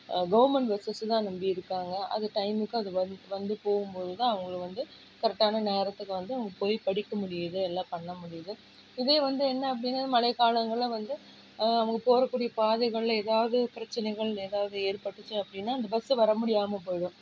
government பஸ்ஸஸ்ஸை தான் நம்பி இருக்காங்க அது டயமுக்கு அது வந்து வந்து போகும்போதுதான் அவங்களுக்கு வந்து கரெட்டான நேரத்துக்கு வந்து அவங்க போய் படிக்க முடியுது எல்லாம் பண்ண முடியுது இதே வந்து என்ன அப்படின்னு மழைக் காலங்களில் வந்து அவங்க போகக்கூடிய பாதைகளில் ஏதாவது பிரச்சனைகள் ஏதாவது ஏற்பட்டுச்சு அப்படின்னா அந்த பஸ்ஸு வரமுடியாமல் போய்டும்